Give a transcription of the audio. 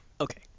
Okay